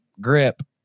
grip